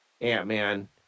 Ant-Man